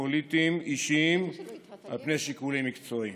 פוליטיים אישיים על פני שיקולים מקצועיים.